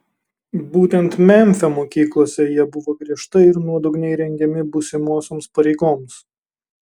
būtent memfio mokyklose jie buvo griežtai ir nuodugniai rengiami būsimosioms pareigoms